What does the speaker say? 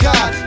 God